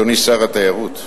אדוני שר התיירות,